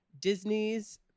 Disney's